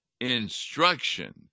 instruction